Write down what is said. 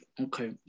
Okay